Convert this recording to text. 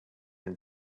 and